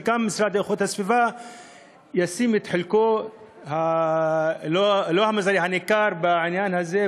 שגם המשרד להגנת הסביבה ישים את חלקו הניכר בעניין הזה,